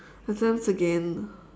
exams again